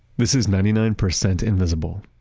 this is ninety nine percent invisible,